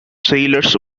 sailors